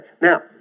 Now